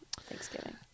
Thanksgiving